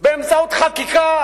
באמצעות חקיקה